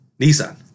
Nissan